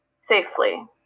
safely